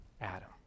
Adam